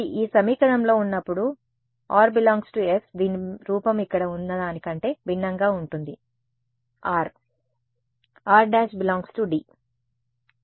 ఇప్పుడు ఈ సమీకరణంలో ఉన్నప్పుడు r ∈ S దీని రూపం ఇక్కడ ఉన్నదాని కంటే భిన్నంగా ఉంటుంది rr′ ∈ D